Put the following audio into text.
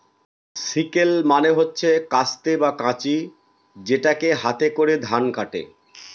sickle মানে হচ্ছে কাস্তে বা কাঁচি যেটাকে হাতে করে ধান কাটে